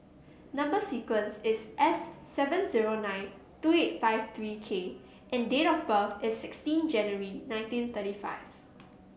number sequence is S seven zero nine two eight five three K and date of birth is sixteenth January nineteen thirty five